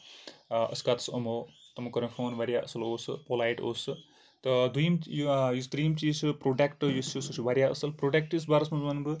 أسۍ کَتیس یِمو تِمو کوٚر مےٚ فون واریاہ اَصٕل اوس سُہ پولایِٹ اوس سُہ تہٕ دٔیُم یُس تریُم چیٖز چھُ پروڈکٹ یُس چھُ سُہ چھ واریاہ اَصٕل پروڈکٹ کِس بارَس منٛز وَنہٕ بہٕ